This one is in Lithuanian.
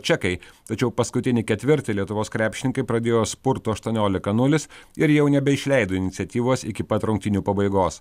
čekai tačiau paskutinį ketvirtį lietuvos krepšininkai pradėjo spurtu aštuoniolika nulis ir jau nebeišleido iniciatyvos iki pat rungtynių pabaigos